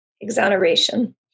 Exoneration